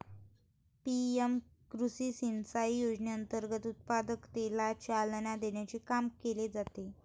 PM कृषी सिंचाई योजनेअंतर्गत उत्पादकतेला चालना देण्याचे काम केले जाते